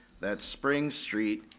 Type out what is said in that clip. that spring street,